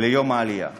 ליום העלייה.